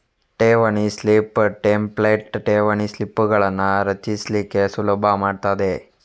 ಠೇವಣಿ slip template ಠೇವಣಿ ಸ್ಲಿಪ್ಪುಗಳನ್ನ ರಚಿಸ್ಲಿಕ್ಕೆ ಸುಲಭ ಮಾಡ್ತದೆ